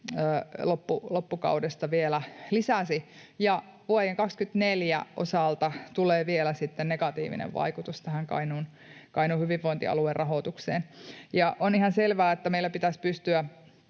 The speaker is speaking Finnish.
loppukaudesta vielä lisäsi, ja vielä vuoden 24 osalta tulee sitten negatiivinen vaikutus tähän Kainuun hyvinvointialueen rahoitukseen. On ihan selvää, että meillä pitäisi pystyä